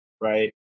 right